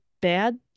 bad